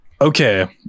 Okay